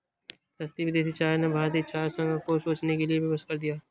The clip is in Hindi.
सस्ती विदेशी चाय ने भारतीय चाय संघ को सोचने के लिए विवश कर दिया है